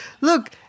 look